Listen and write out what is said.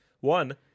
One